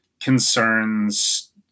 concerns